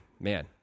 man